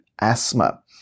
asthma